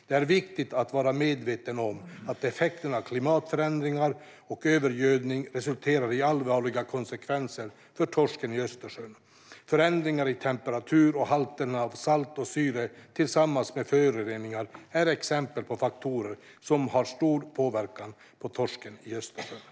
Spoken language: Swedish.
Det är viktigt att vara medveten om att effekterna av klimatförändringar och övergödning resulterar i allvarliga konsekvenser för torsken i Östersjön. Förändringar i temperatur och i halterna av salt och syre tillsammans med föroreningar är exempel på faktorer som har stor påverkan på torsken i Östersjön.